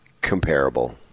comparable